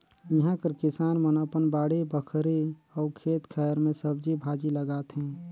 इहां कर किसान मन अपन बाड़ी बखरी अउ खेत खाएर में सब्जी भाजी लगाथें